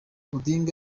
odinga